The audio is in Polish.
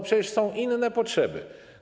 Przecież są inne potrzeby.